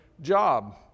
job